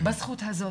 בזכות הזאת.